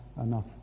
enough